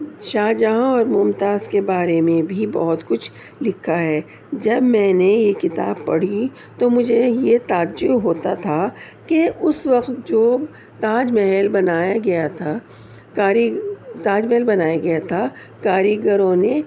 شاہجہاں اور ممتاز کے بارے میں بھی بہت کچھ لکھا ہے جب میں نے یہ کتاب پڑھی تو مجھے یہ تعجب ہوتا تھا کہ اس وقت جو تاج محل بنایا گیا تھا کاری تاج محل بنایا گیا تھا کاریگروں نے